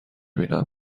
بینم